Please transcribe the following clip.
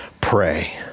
pray